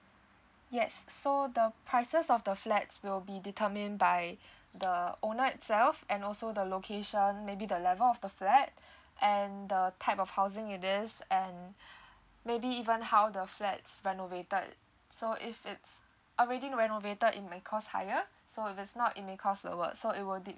yes so the prices of the flats will be determined by the owner itself and also the location maybe the level of the flat and the type of housing it is and maybe even how the flats renovated so if it's already renovated it may cost higher so if it's not it may cost lower so it worth it